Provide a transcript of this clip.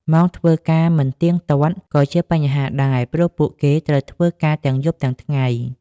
ម៉ោងធ្វើការមិនទៀងទាត់ ក៏ជាបញ្ហាដែរ ព្រោះពួកគេត្រូវធ្វើការទាំងយប់ទាំងថ្ងៃ។